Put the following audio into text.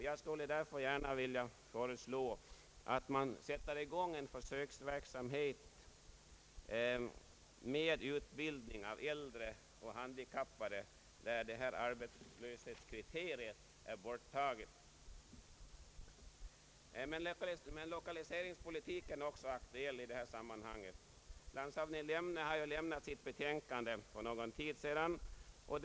Jag skulle därför gärna vilja föreslå att man sätter i gång med utbildning av äldre och handikappade där = arbetslöshetskriteriet är borttaget. Även lokaliseringspolitiken är aktuell i detta sammanhang. Landshövding Lemne har ju för någon tid sedan lämnat sitt betänkande.